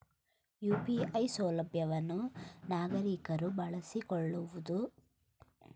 UPI ಸೌಲಭ್ಯವನ್ನು ನಾಗರಿಕರು ಬಳಸಿಕೊಳ್ಳುವುದಕ್ಕೆ ಬ್ಯಾಂಕಿನ ಅನುಮತಿ ಬೇಕೇ?